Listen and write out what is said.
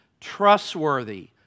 trustworthy